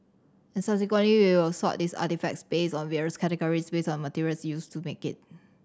and subsequently we will sort these artefacts based on various categories based on materials used to make it